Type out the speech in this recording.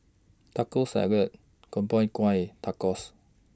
Taco Salad Gobchang Gui Tacos